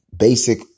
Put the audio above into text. basic